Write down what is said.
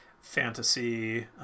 fantasy